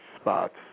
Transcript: spots